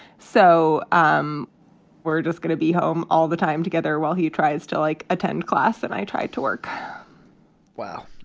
so um we're just gonna be home all the time together while he tries to, like, attend class. and i tried to work wow.